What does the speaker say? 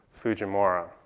Fujimura